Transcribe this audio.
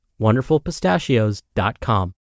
WonderfulPistachios.com